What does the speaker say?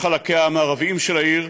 לחלקיה המערביים של העיר,